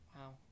Wow